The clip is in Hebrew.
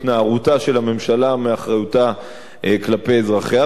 התנערותה של הממשלה מאחריותה כלפי אזרחיה,